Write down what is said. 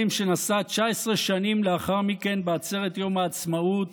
שנשא 19 שנים לאחר מכן בעצרת יום העצמאות